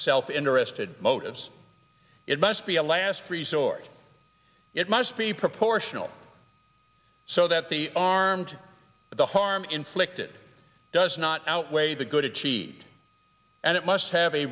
self interested motives it must be a last resort it must be proportional so that the armed the harm inflicted does not outweigh the good achieved and it must have a